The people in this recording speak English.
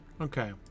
okay